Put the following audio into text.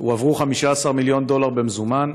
הועברו 15 מיליון דולר במזומן.